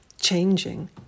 changing